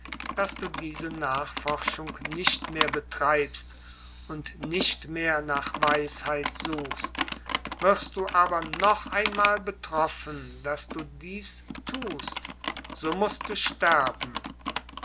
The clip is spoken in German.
daß du diese nachforschung nicht mehr betreibst und nicht mehr nach weisheit suchst wirst du aber noch einmal betroffen daß du dies tust so mußt du sterben